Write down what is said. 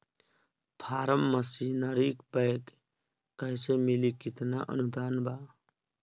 Form machinery bank कैसे मिली कितना अनुदान बा?